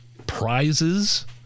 prizes